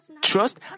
trust